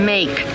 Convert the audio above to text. Make